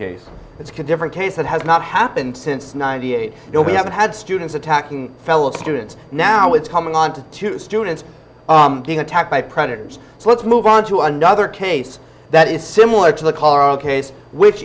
case it's can different case that has not happened since ninety eight you know we haven't had students attacking fellow students now it's coming on to two students being attacked by predators so let's move on to another case that is similar to the